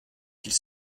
qu’il